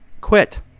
quit